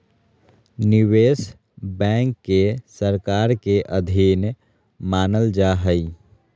निवेश बैंक के सरकार के अधीन मानल जा हइ